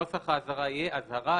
נוסח האזהרה יהיה: "אזהרה,